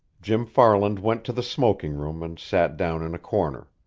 jim farland went to the smoking room and sat down in a corner.